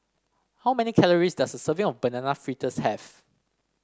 how many calories does a serving of Banana Fritters have